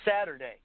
Saturday